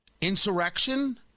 insurrection